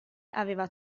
aveva